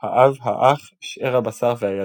"האב, האח, שאר הבשר והידיד".